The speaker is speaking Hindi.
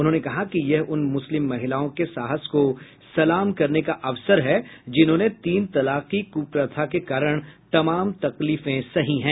उन्होंने कहा कि यह उन मुस्लिम महिलाओं के साहस को सलाम करने का अवसर है जिन्होंने तीन तलाक की कुप्रथा के कारण तमाम तकलीफें सही हैं